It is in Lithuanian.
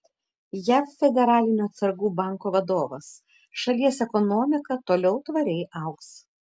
jav federalinio atsargų banko vadovas šalies ekonomika toliau tvariai augs